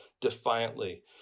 defiantly